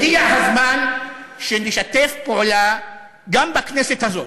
הגיע הזמן שנשתף פעולה גם בכנסת הזאת,